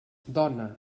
dona